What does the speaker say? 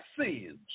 sins